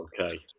Okay